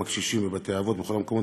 הקשישים בבתי-אבות ובכל המקומות,